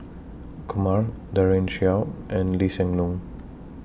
Kumar Daren Shiau and Lee Hsien Loong